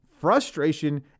frustration